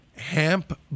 Hamp